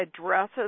addresses